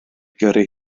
gyrru